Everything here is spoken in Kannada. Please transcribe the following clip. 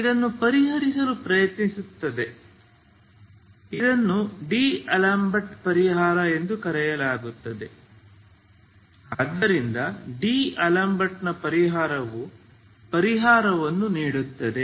ಇದನ್ನು ಪರಿಹರಿಸಲು ಪ್ರಯತ್ನಿಸುತ್ತದೆ ಇದನ್ನು ಡಿಅಲೆಂಬರ್ಟ್ ಪರಿಹಾರ ಎಂದು ಕರೆಯಲಾಗುತ್ತದೆ ಆದ್ದರಿಂದ ಡಿಅಲೆಂಬರ್ಟ್ನ ಪರಿಹಾರವು ಪರಿಹಾರವನ್ನು ನೀಡುತ್ತದೆ